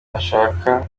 bashaka